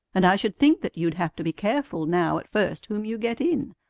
and i should think that you'd have to be careful now at first whom you get in.